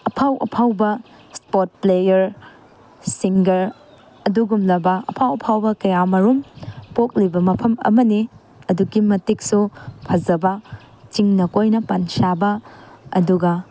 ꯑꯐꯥꯎ ꯑꯐꯥꯎꯕ sport player ꯁꯤꯡꯒꯔ ꯑꯗꯨꯒꯨꯝꯂꯕ ꯑꯐꯥꯎ ꯑꯐꯥꯎꯕ ꯀꯌꯥ ꯃꯔꯨꯝ ꯄꯣꯛꯂꯤꯕ ꯃꯐꯝ ꯑꯃꯅꯤ ꯑꯗꯨꯛꯀꯤ ꯃꯇꯤꯛꯁꯨ ꯐꯖꯕ ꯆꯤꯡꯅ ꯀꯣꯏꯅ ꯄꯟꯁꯥꯕ ꯑꯗꯨꯒ